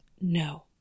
No